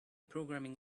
programming